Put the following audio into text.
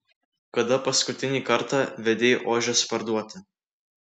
kada paskutinį kartą vedei ožius parduoti